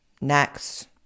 Next